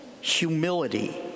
humility